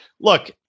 look